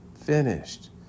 finished